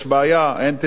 יש בעיה, אין תדרים.